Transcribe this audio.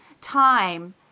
time